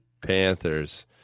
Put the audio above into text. panthers